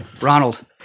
Ronald